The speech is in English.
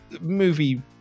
movie